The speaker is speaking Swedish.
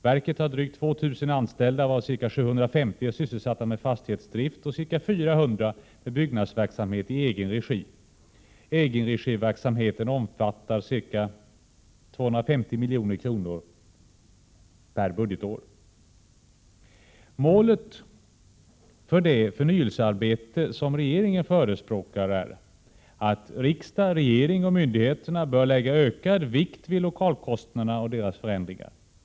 Verket har drygt 2 000 anställda, varav ca 750 är sysselsatta med fastighetsdrift och ca 400 med byggnadsverksamhet i egen regi. Egenregiverksamheten omsätter ca 250 milj.kr.per budgetår. Målet för det förnyelsearbete som regeringen förespråkar är att riksdagen, regeringen och myndigheterna bör lägga ökad vikt vid lokalkostnaderna och deras förändringar.